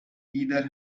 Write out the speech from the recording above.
either